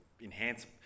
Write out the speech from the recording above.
enhance